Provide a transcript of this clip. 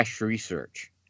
research